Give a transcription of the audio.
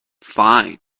fine